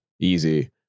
easy